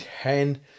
ten